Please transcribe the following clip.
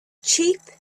cheap